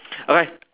okay